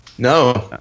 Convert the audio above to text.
No